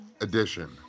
edition